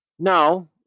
Now